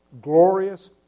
glorious